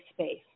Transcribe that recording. space